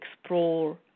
explore